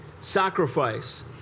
sacrifice